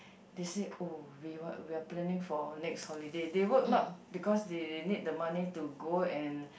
they said oh we were we are planning for next holiday they work not because they need the money to go and